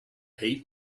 heat